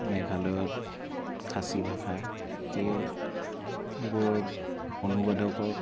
মেঘালয়ত খাচী ভাষা সেইবোৰ অনুবাদকক